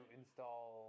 install